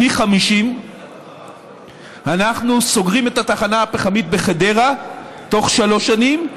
פי 50. אנחנו סוגרים את התחנה הפחמית בחדרה בתוך שלוש שנים,